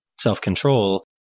self-control